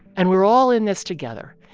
and we're all in this together.